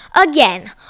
again